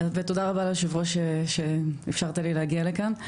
ותודה רבה ליושב הראש שאפשרת לי להגיע לכאן.